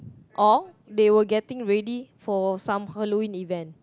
or they were getting ready for some Halloween event